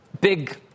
big